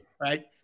right